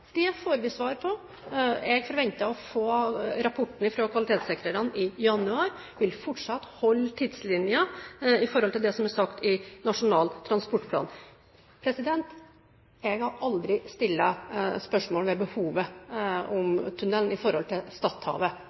Det får vi svar på. Jeg forventer å få rapporten fra kvalitetssikrerne i januar og vil fortsatt holde tidslinjen i forhold til det som er sagt i Nasjonal transportplan. Jeg har aldri stilt spørsmål ved behovet for tunnel i